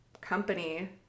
company